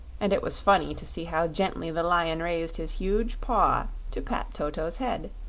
and it was funny to see how gently the lion raised his huge paw to pat toto's head.